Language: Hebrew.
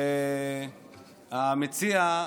המציע,